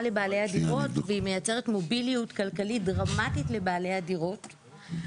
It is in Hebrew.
הדירות והיא מייצרת מוביליות כלכלית דרמטית לבעלי הדירות,